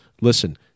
listen